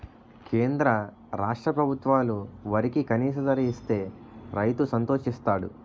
కేంద్ర రాష్ట్ర ప్రభుత్వాలు వరికి కనీస ధర ఇస్తే రైతు సంతోషిస్తాడు